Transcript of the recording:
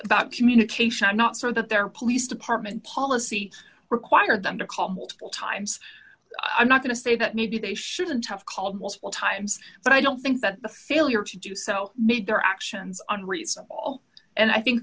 about communication not so that their police department policy required them to call multiple times i'm not going to say that maybe they shouldn't have called multiple times but i don't think that the failure to do so made their actions on reasonable and i think